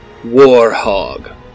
Warhog